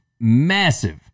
massive